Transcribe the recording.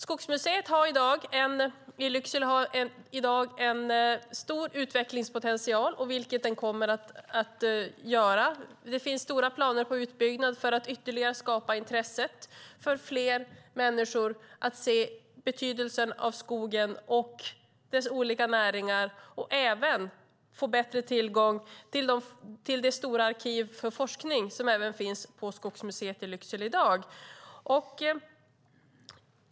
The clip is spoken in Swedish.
Skogsmuseet i Lycksele har i dag en stor utvecklingspotential, vilken det kommer att utveckla. Det finns stora planer på utbyggnad för att skapa intresse hos fler människor, öka insikten om skogens betydelse och dess olika näringar och för att få bättre tillgång till det stora arkiv för forskning som finns på Skogsmuseet i dag.